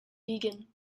vegan